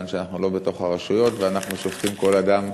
כיוון שאנחנו לא בתוך הרשויות ואנחנו שופטים כל אדם